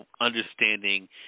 understanding